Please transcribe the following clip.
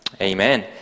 Amen